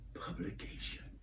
publication